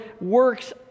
works